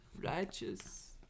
Righteous